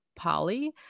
poly